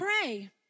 pray